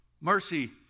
Mercy